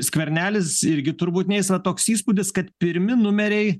skvernelis irgi turbūt neis va toks įspūdis kad pirmi numeriai